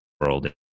world